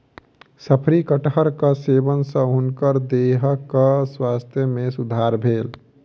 शफरी कटहरक सेवन सॅ हुनकर देहक स्वास्थ्य में सुधार भेल